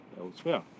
elsewhere